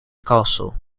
castle